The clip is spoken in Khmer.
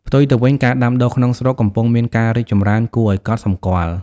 ផ្ទុយទៅវិញ ការដាំដុះក្នុងស្រុកកំពុងមានការរីកចម្រើនគួរឱ្យកត់សម្គាល់។